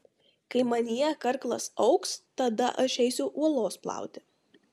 kai manyje karklas augs tada aš eisiu uolos plauti